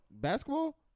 Basketball